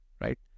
right